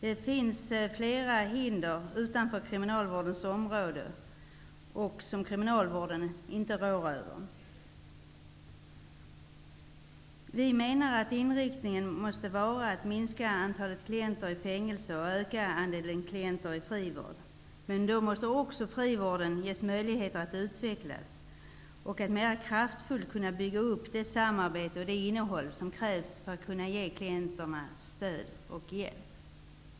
Det finns flera hinder utanför kriminalvårdens område som kriminalvården följaktligen inte rår över. Vi menar att inriktningen måste vara att minska antalet klienter i fängelse och öka antalet klienter i frivård. Men då måste också frivården ges möjligheter att utvecklas och att mera kraftfullt kunna bygga upp det samarbete och det innehåll som krävs för att man skall kunna ge klienterna stöd och hjälp.